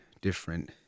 different